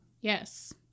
Yes